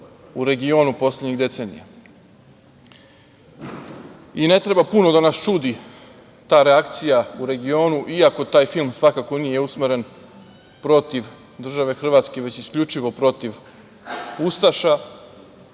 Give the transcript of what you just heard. u regionu poslednjih decenija.I ne treba puno da nas čudi ta reakcija u regionu, iako taj film svakako nije usmeren protiv države Hrvatske već isključivo protiv ustaša.